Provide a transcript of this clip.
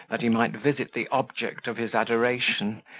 that he might visit the object of his adoration,